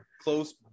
close